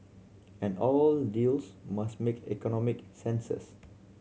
and all deals must make economic senses